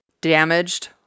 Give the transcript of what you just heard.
damaged